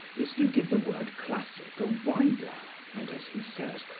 is to give the word classic a wider and, as he says,